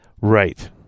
Right